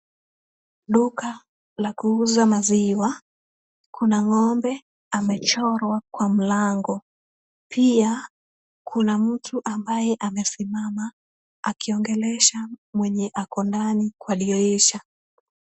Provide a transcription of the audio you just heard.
Duka la kuuza maziwa. Kuna ng'ombe amechorwa kwa mlango. Pia kuna mtu ambaye amesimama akiongelesha mwenye ako ndani kwa dirisha.